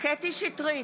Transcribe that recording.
קטי קטרין שטרית,